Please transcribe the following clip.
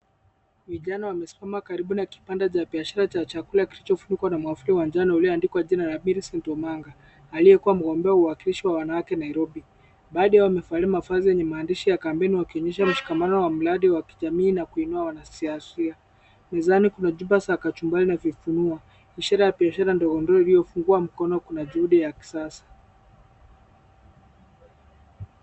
Vijana wamesimama karibu na kibanda cha biashara cha chakula kilichofungwa na mwavuli wa njano ulioandikwa jina Philis Ndumanga, aliyekuwa mgombea wa uwakilishi wa wanawake Nairobi. Baadhi yao wamevalia maandishi kampeni wakionyesha mshikamano wa mradi wa kijamii na kuinua wanasiasa. Mezani Kuna chupa za kachumbari na vifunuo, ishara ya biashara ndogo ndogo iliyofungua mkono Kuna juhudi ya kisasa.